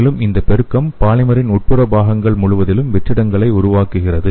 மேலும் இந்த பெருக்கம் பாலிமரின் உட்புற பாகங்கள் முழுவதிலும் வெற்றிடங்களை உருவாக்குகிறது